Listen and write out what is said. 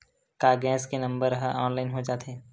का गैस के नंबर ह ऑनलाइन हो जाथे?